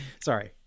Sorry